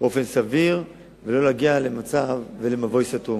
באופן סביר, ולא להגיע למצב של מבוי סתום.